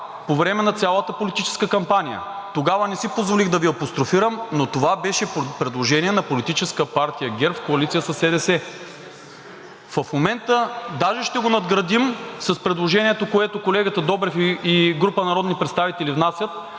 по време на цялата политическа кампания. Тогава не си позволих да Ви апострофирам, но това беше предложение на Политическа партия ГЕРБ в коалиция със СДС. В момента даже ще го надградим с предложението, което колегата Добрев и група народни представители внасят.